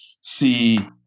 see